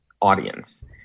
audience